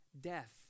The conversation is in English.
death